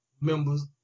members